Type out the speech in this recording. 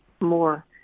more